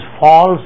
false